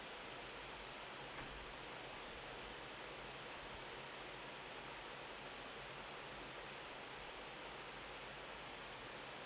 mm